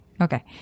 Okay